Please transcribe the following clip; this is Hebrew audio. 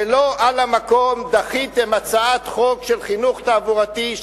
שלא על המקום דחיתם הצעת חוק של חינוך תעבורתי,